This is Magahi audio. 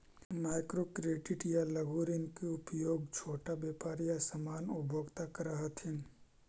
माइक्रो क्रेडिट या लघु ऋण के उपयोग छोटा व्यापारी या सामान्य उपभोक्ता करऽ हथिन